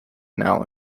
now